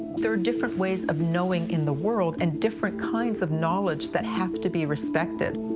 there are different ways of knowing in the world and different kinds of knowledge that have to be respected.